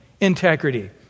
integrity